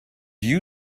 you